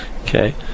Okay